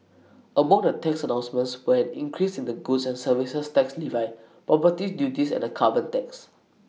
among the tax announcements were an increase in the goods and services tax levy property duties and A carbon tax